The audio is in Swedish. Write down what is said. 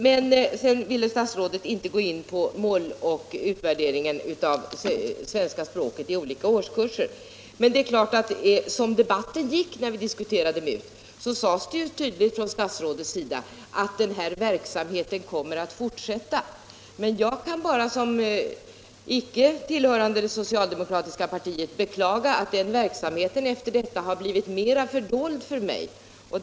Statsrådet ville sedan inte gå in på mål och utvärdering av svenska språket i olika årskurser, men som debatten gick när vi diskuterade MUT framgick klart att statsrådet ansåg att denna verksamhet kommer att fortsätta. Jag kan, såsom icke tillhörande det socialdemokratiska partiet, bara beklaga att den verksamheten efter detta har blivit mera fördold för mig.